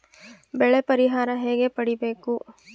ಬೆಳೆ ಪರಿಹಾರ ಹೇಗೆ ಪಡಿಬೇಕು?